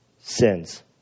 sins